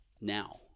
now